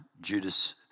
Judas